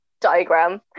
diagram